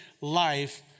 life